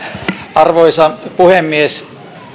arvoisa puhemies